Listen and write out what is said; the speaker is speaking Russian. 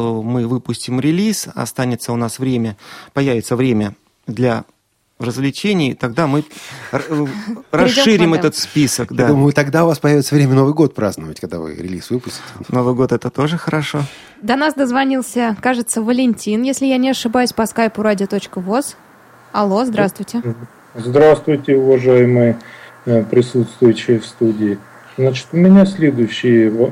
Мы выпустим релиз, останется у нас время, появится время для развлечений, тогда мы р- э, Перейдём расширим к модем. этот список, Я да. думаю, тогда у вас появится время Новый год праздновать, когда вы релиз выпустите. Новый год — это тоже хорошо. До нас дозвонился, кажется, Валентин, если я не ошибаюсь, по скайпу radio.voz. Алло, здравствуйте. Здравствуйте, уважаемые, э, присутствующие в студии. Значит, у меня следующий во-